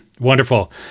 wonderful